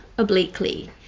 obliquely